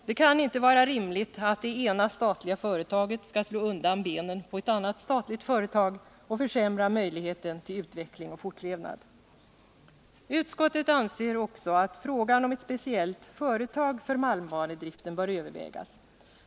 Det kan inte vara rimligt att ett statligt företag skall slå undan benen på ett annat och försämra möjligheten till utveckling och fortlevnad. Utskottet anser också att frågan om ett speciellt företag för malmbanedriften bör övervägas.